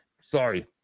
Sorry